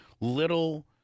little—